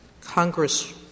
Congress